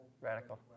Radical